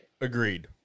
Agreed